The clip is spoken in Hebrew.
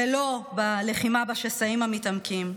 ולא בלחימה בשסעים המתעמקים,